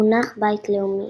המונח "בית לאומי"